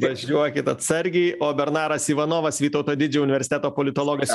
važiuokit atsargiai o bernaras ivanovas vytauto didžiojo universiteto politologas